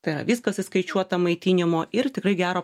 tai yra viskas įskaičiuota maitinimo ir tikrai gero